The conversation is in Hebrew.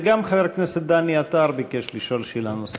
וגם חבר הכנסת דני עטר ביקש לשאול שאלה נוספת.